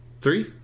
three